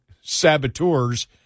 saboteurs